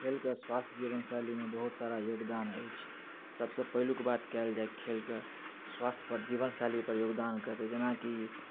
खेलक स्वास्थ्य जीवन शैलीमे बहुत सारा योगदान अछि सबसँ पहिलुक बात कयल जाय खेलके स्वास्थ्य पर जीवन शैली पर योगदान कऽ तऽ जेनाकि